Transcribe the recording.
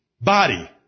Body